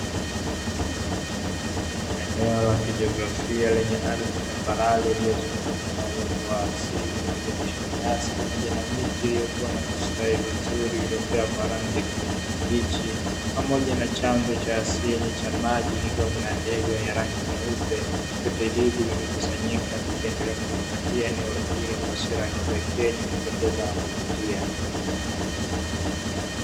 Eneo la kijiografia lenye ardhi tambarare iliyozungukwa na uoto wa asili unaojumuisha nyasi pamoja na miti iliyokua na kustawi vizuri iliopea kwa rangi ya kijani kibichi pamoja na chanzo cha asili cha maji kikiwa na ndege wenye rangi nyeupe. Vyote hivi vimekusanyika vikiendelea kuipatia eneo hilo taswira ya kipekee yenye kupendeza na kuvutia.